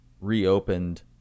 reopened